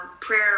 Prayer